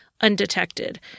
undetected